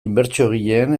inbertsiogileen